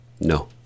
No